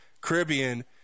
Caribbean